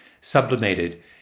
sublimated